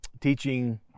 teaching